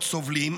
סובלים.